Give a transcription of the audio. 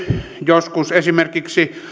joskus esimerkiksi